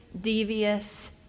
devious